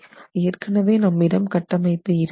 ஏற்கனவே நம்மிடம் கட்டமைப்பு இருக்கிறது